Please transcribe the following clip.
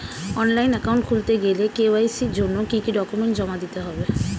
Online account খুলতে গেলে KYC জন্য কি কি ডকুমেন্ট জমা দিতে হবে?